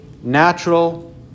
natural